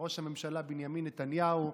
ראש הממשלה בנימין נתניהו,